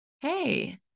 Hey